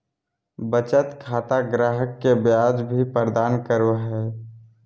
बचत खाता ग्राहक के ब्याज भी प्रदान करो हइ